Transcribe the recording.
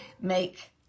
make